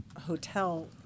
hotel